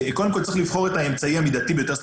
קודם כל, צריך לבחור את האמצעי המידתי ביותר.